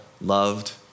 loved